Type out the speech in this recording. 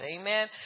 Amen